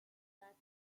track